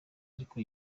ariko